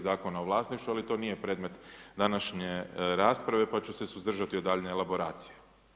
Zakona o vlasništvu, ali to nije predmet današnje rasprave pa ću se suzdržati od daljnje elaboracije.